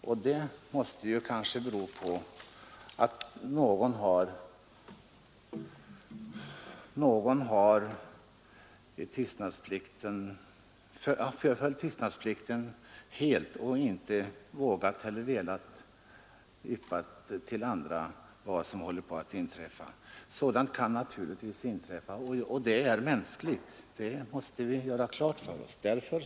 Sådant måste väl bero på att någon har följt tystnadsplikten helt och inte vågat eller velat yppa någonting till andra om vad som håller på att inträffa. Det är mänskligt att sådant händer, det måste vi göra klart för oss.